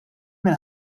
minn